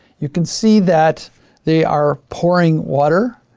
you can see that they are pouring water